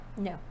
No